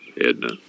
Edna